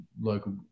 local